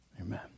Amen